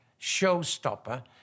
showstopper